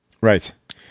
Right